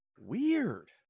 weird